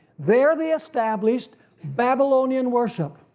there they established babylonian worship.